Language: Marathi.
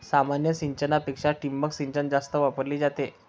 सामान्य सिंचनापेक्षा ठिबक सिंचन जास्त वापरली जाते